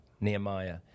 Nehemiah